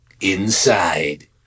inside